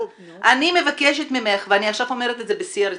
אני מבקשת ממך ואני אומרת את זה עכשיו בשיא הרצינות,